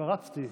כבוד היושב-ראש,